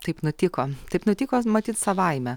taip nutiko taip nutiko matyt savaime